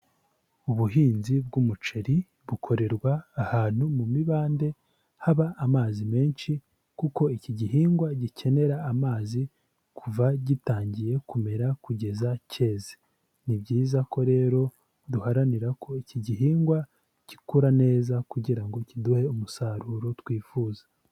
Ubuhinzi bw'umuceri bukorerwa ahantu mu mibande haba amazi menshi kuko iki gihingwa gikenera amazi kuva gitangiye kumera kugeza cyeze. Ni byiza ko rero duharanira ko iki gihingwa gikura neza kugira ngo kiduhe umusaruro twifuza.